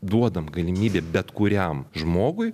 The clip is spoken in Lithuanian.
duodam galimybę bet kuriam žmogui